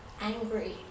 angry